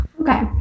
Okay